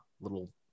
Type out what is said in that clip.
little